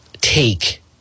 take